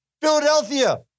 Philadelphia